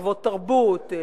לחוות תרבות,